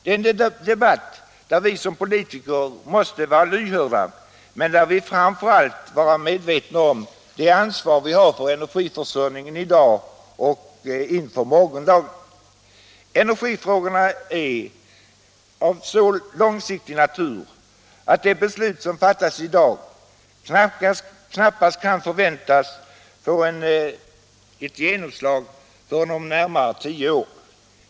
"Detta är en debatt som vi politiker måste vara lyhörda för men där vi framför allt måste vara medvetna om det ansvar vi har för energiförsörjningen i dag och inför morgondagen. Energifrågorna är av så långsiktig natur att de beslut som fattas i dag knappast kan förväntas få ett genomslag förrän om närmare tio år.